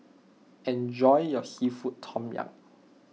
enjoy your Seafood Tom Yum